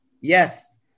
yes